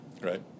right